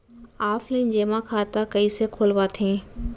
Offline जेमा खाता कइसे खोलवाथे?